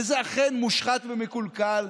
וזה אכן מושחת ומקולקל,